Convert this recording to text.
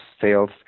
sales